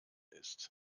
ist